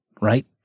right